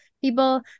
people